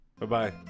Bye-bye